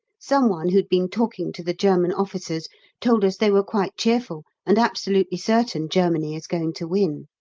some one who'd been talking to the german officers told us they were quite cheerful and absolutely certain germany is going to win!